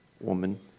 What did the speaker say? woman